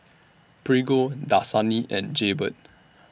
Prego Dasani and Jaybird